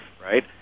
right